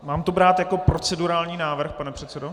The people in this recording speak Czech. Mám to brát jako procedurální návrh, pane předsedo?